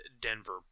Denver